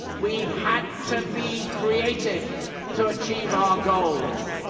we've had to be creative to achieve our goals.